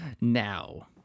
Now